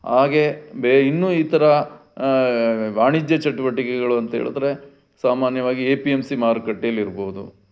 ಹಾಗೇ ಬೆ ಇನ್ನೂ ಇತರ ವಾಣಿಜ್ಯ ಚಟುವಟಿಕೆಗಳು ಅಂತ ಹೇಳಿದ್ರೆ ಸಾಮಾನ್ಯವಾಗಿ ಎ ಪಿ ಎಂ ಸಿ ಮಾರುಕಟ್ಟೆಯಲ್ಲೂ ಇರ್ಬೋದು